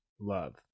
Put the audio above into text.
love